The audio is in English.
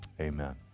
amen